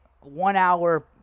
one-hour